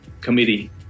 committee